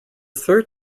third